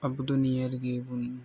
ᱟᱵᱚ ᱫᱚ ᱱᱤᱭᱟᱹ ᱨᱮᱜᱮ ᱵᱚᱱ